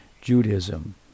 Judaism